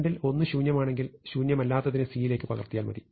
രണ്ടിൽ ഒന്ന് ശൂന്യമാണെങ്കിൽ ശൂന്യമല്ലാത്തതിനെ C യിലേക്ക് പകർത്തിയാൽ മതി